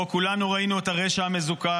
שבו כולנו ראינו את הרשע המזוקק,